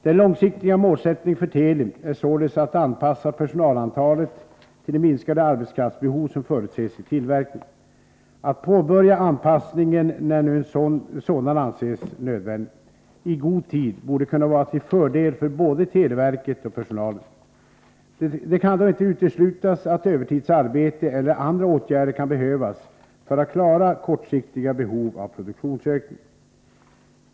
Den långsiktiga målsättningen för Teli är således att anpassa personalantalet till det minskade arbetskraftsbehov som förutses i tillverkningen. Att påbörja anpassningen, när nu en sådan anses nödvändig, i god tid borde kunna vara till fördel för både televerket och personalen. Det kan då inte uteslutas att övertidsarbete eller andra åtgärder kan behövas för att klara kortsiktiga behov av produktionsökning.